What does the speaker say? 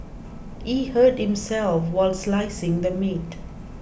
he hurt himself while slicing the meat